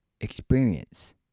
experience